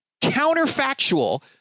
counterfactual